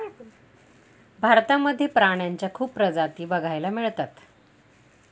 भारतामध्ये प्राण्यांच्या खूप प्रजाती बघायला मिळतात